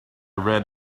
read